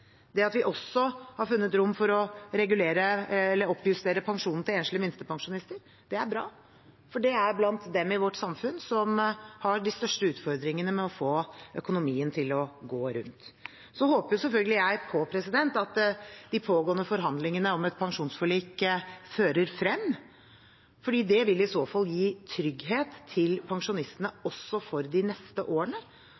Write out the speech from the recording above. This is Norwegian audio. Det at vi også har funnet rom for å regulere og oppjustere pensjonen til enslige minstepensjonister, er bra, for de er blant dem i vårt samfunn som har de største utfordringene med å få økonomien til å gå rundt. Jeg håper selvfølgelig på at de pågående forhandlingene om et pensjonsforlik fører frem, for det vil i så fall gi trygghet til pensjonistene